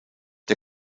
der